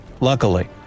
Luckily